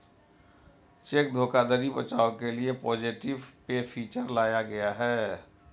check धोखाधड़ी बचाव के लिए पॉजिटिव पे फीचर लाया गया है